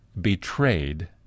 betrayed